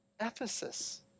Ephesus